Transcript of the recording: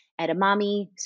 edamame